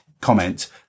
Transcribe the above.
comment